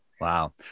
Wow